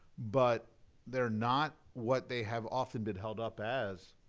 but they're not what they have often been held up as,